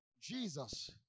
Jesus